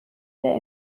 der